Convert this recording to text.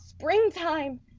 springtime